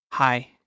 Hi